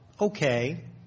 okay